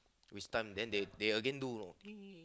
waste time then then they again do you know